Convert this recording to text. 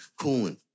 cooling